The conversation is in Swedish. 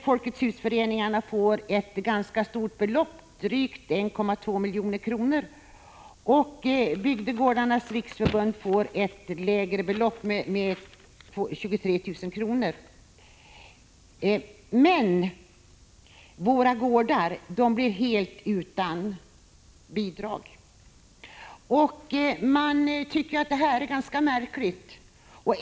Folkets hus-föreningar får ett ganska stort belopp, drygt 1,2 milj.kr., och Bygdegårdarnas riksförbund 23 000 kr. Men Våra gårdar blir helt utan bidrag. Man tycker det är ganska märkligt.